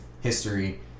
history